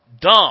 Dumb